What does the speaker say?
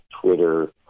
Twitter